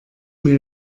mir